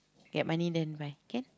get my name then buy can